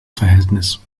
verhältnis